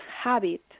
habit